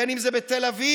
בין אם זה בתל אביב,